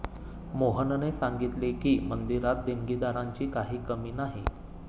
मोहनने सांगितले की, मंदिरात देणगीदारांची काही कमी नाही